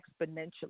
exponentially